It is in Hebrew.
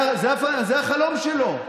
זה החלום שלו.